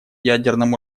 ядерному